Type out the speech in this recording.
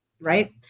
right